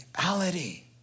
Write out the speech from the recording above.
reality